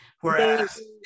Whereas